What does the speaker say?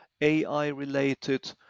AI-related